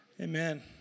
Amen